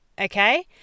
okay